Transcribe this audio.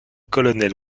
colonel